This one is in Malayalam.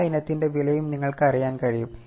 ആ ഇനത്തിന്റെ വിലയും നിങ്ങൾക്ക് അറിയാൻ കഴിയും